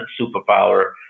superpower